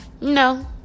No